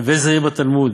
הווי זהיר בתלמוד,